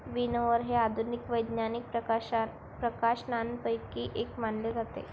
विनओवर हे आधुनिक वैज्ञानिक प्रकाशनांपैकी एक मानले जाते